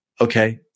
okay